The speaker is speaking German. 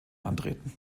antreten